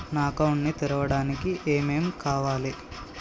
నా అకౌంట్ ని తెరవడానికి ఏం ఏం కావాలే?